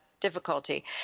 Difficulty